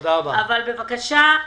אבל בבקשה,